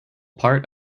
part